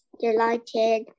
Delighted